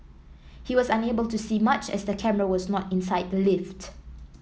he was unable to see much as the camera was not inside the lift